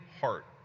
heart